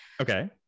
Okay